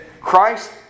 Christ